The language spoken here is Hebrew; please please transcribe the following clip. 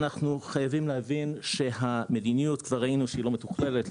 אנחנו חייבים להבין שהמדיניות כבר ראינו שהיא לא מתוכללת,